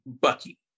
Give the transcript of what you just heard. Bucky